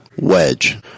Wedge